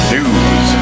News